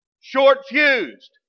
Short-fused